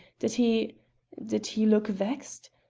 did he did he looked vexed?